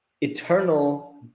eternal